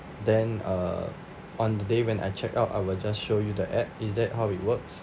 then uh on the day when I check out I will just show you the app is that how it works